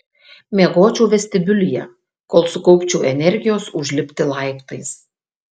miegočiau vestibiulyje kol sukaupčiau energijos užlipti laiptais